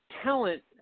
talent